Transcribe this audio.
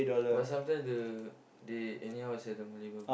but sometimes the they anyhow seldom deliver